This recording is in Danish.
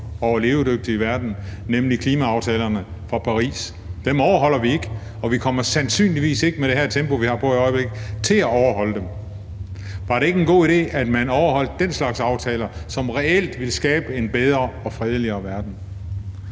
og levedygtig verden, nemlig klimaaftalerne fra Paris. Dem overholder vi ikke, og med det tempo, vi har på i øjeblikket, kommer vi sandsynligvis ikke til at overholde dem. Var det ikke en god idé, at man overholdt den slags aftaler, som reelt ville skabe en bedre og fredeligere verden?